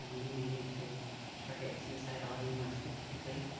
um we may need to target suicidallity more specifically.